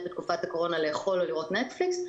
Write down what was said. בתקופת הקורונה לאכול או לראות נטפליקס,